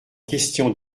question